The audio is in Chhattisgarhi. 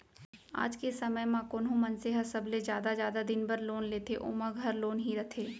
आज के समे म कोनो मनसे ह सबले जादा जादा दिन बर लोन लेथे ओमा घर लोन ही रथे